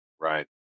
Right